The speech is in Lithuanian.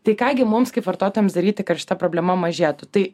tai ką gi mums kaip vartotojams daryti kad šita problema mažėtų tai